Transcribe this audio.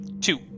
Two